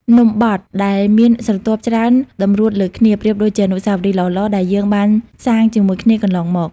នំបទ ដែលមានស្រទាប់ច្រើនតម្រួតលើគ្នា ប្រៀបដូចជាអនុស្សាវរីយ៍ល្អៗដែលយើងបានសាងជាមួយគ្នាកន្លងមក។